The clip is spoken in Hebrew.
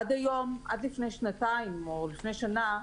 עד היום, עד לפני שנתיים או לפני שנה,